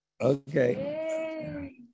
Okay